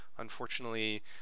Unfortunately